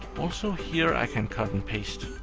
also here i can cut and paste.